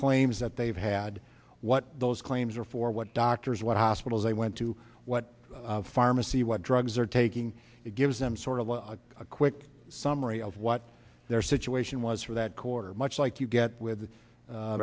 claims that they've had what those claims are for what doctors what hospitals they went to what pharmacy what drugs are taking it gives them sort of a quick summary of what their situation was for that quarter much like you get with